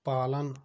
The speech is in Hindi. पालन